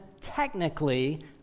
technically